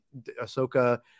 Ahsoka